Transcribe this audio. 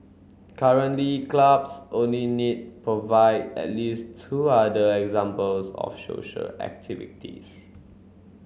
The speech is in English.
currently clubs only need provide at least two other examples of social activities